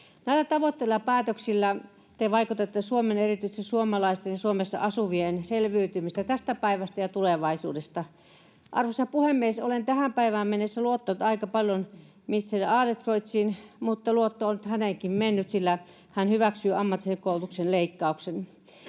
Näillä tavoitteilla ja päätöksillä te vaikeutatte Suomen, erityisesti suomalaisten ja Suomessa asuvien selviytymistä tästä päivästä ja tulevaisuudesta. Arvoisa puhemies! Olen tähän päivään mennessä luottanut aika paljon ministeri Adlercreutziin, mutta luotto on nyt häneenkin mennyt, sillä hän hyväksyy ammatillisen koulutuksen leikkauksen.